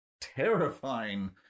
terrifying